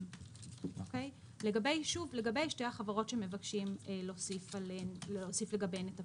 לגבי שתי החברות שמבקשים להוסיף לגביהן את הפטור.